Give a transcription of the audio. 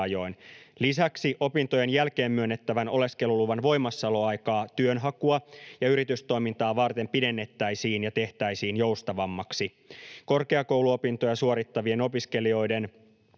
Lisäksi opintojen jälkeen myönnettävän oleskeluluvan voimassaoloaikaa työnhakua ja yritystoimintaa varten pidennettäisiin ja tehtäisiin joustavammaksi. Korkeakouluopintoja suorittavien opiskelijoiden